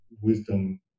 wisdom